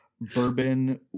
bourbon